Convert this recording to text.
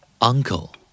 Uncle